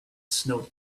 snowed